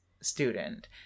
student